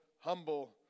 humble